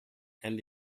and